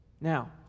Now